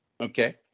Okay